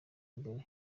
mbere